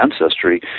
ancestry